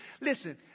Listen